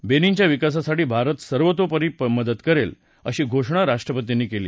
बेनिनच्या विकासासाठी भारत सर्वतोपरी मदत करेल अशी घोषणा राष्ट्रपतींनी केली